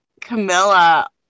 Camilla